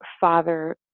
father